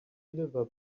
liver